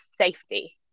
safety